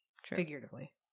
Figuratively